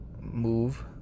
move